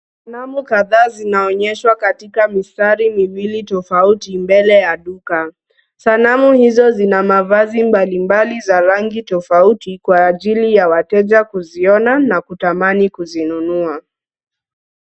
Sanamu kadhaa zinaonyeshwa katika mistari miwili tofauti mbele ya duka. Sanamu hizo zina mavazi mbalimbali za rangi tofauti kwa ajili ya wateja kuziona na kutamani kuzinunua.